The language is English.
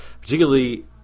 particularly